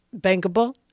bankable